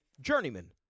journeyman